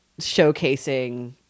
showcasing